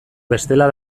bestela